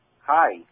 Hi